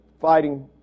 fighting